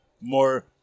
more